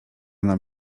nam